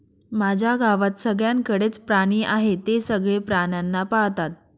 माझ्या गावात सगळ्यांकडे च प्राणी आहे, ते सगळे प्राण्यांना पाळतात